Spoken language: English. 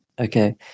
okay